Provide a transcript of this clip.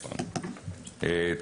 זה נכון.